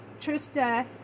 Trista